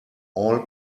all